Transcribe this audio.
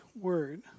word